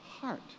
heart